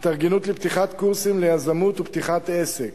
התארגנות לפתיחת קורסים ליזמות ופתיחת עסק.